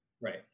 Right